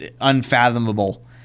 unfathomable